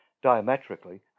diametrically